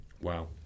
Wow